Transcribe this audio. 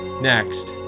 Next